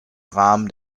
rahmen